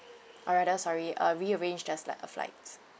or rather sorry uh rearranged just like a flights